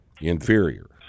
Inferior